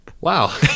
Wow